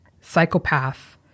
psychopath